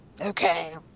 okay